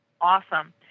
Awesome